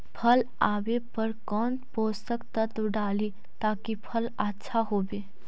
फल आबे पर कौन पोषक तत्ब डाली ताकि फल आछा होबे?